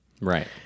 Right